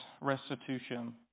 restitution